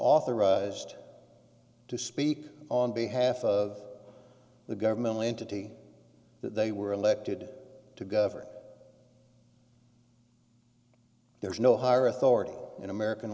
authorized to speak on behalf of the governmental entity that they were elected to govern there is no higher authority in american